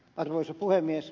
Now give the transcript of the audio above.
arvoisa puhemies